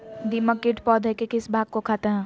दीमक किट पौधे के किस भाग को खाते हैं?